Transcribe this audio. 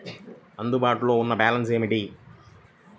అందుబాటులో ఉన్న బ్యాలన్స్ ఏమిటీ?